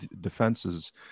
defenses